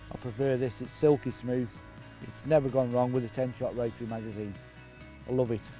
prefer this, it's silky smooth it's never gone wrong with the ten shot rotary magazine, i love it.